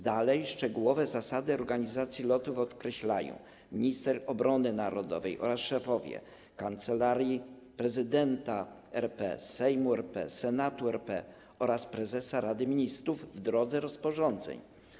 Dalej, szczegółowe zasady organizacji lotów określają: minister obrony narodowej oraz szefowie Kancelarii: Prezydenta RP, Sejmu RP, Senatu RP oraz Prezesa Rady Ministrów w drodze rozporządzeń.